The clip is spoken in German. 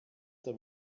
der